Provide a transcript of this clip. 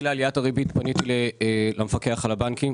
כשהתחילה עליית הריבית פניתי למפקח על הבנקים,